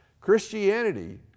Christianity